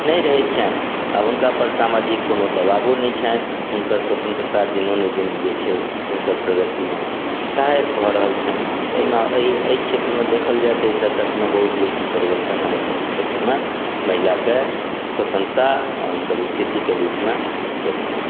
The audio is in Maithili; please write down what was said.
नहि रहै छनि आ हुनका पर सामाजिक कोनो दबाबो नहि छनि हुनकर स्वतंत्रता दिनानुदिन जे छै से हुनकर प्रगतिमे सहायक भऽ रहल छनि ताहिमे एहि क्षेत्रमे देखल जाय तऽ एहि दशकमेबहुत बेसी परिवर्तन हमर सब क्षेत्रमेऽ महिलाक स्वतंत्रता आ हुनकर स्थितिके रूपमे भेल हँ